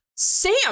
Sam